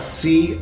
see